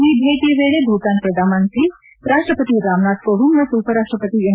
ಈ ಭೇಟಯ ವೇಳೆ ಭೂತಾನ್ ಪ್ರಧಾನಮಂತ್ರಿಯವರು ರಾಷ್ಲಪತಿ ರಾಮ್ ನಾಥ್ ಕೋವಿಂದ್ ಮತ್ತು ಉಪ ರಾಷ್ಷಪತಿ ಎಂ